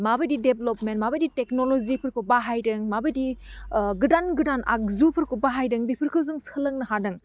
माबायदि डेभ्लपमेन्ट माबायदि टेक्न'ल'जिफोरखौ बाहायदों माबायदि ओह गोदान गोदान आगजुफोरखौ बाहायदों बेफोरखौ जों सोलोंनो हादों